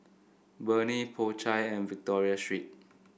Burnie Po Chai and Victoria Secret